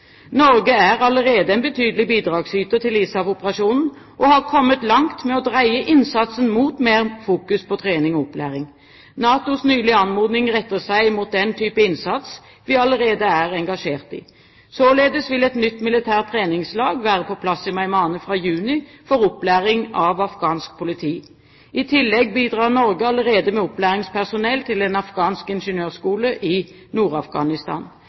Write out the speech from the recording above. Norge er allerede en betydelig bidragsyter til ISAF-operasjonen og har kommet langt med å dreie innsatsen mot mer fokus på trening og opplæring. NATOs nylige anmodning retter seg mot den type innsats vi allerede er engasjert i. Således vil et nytt militært treningslag være på plass i Meymaneh fra juni for opplæring av afghansk politi. I tillegg bidrar Norge allerede med opplæringspersonell til en afghansk ingeniørskole i